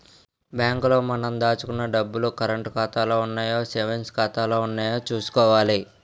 bank లో మనం దాచుకున్న డబ్బులు కరంటు ఖాతాలో ఉన్నాయో సేవింగ్స్ ఖాతాలో ఉన్నాయో చూసుకోవాలి